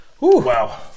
Wow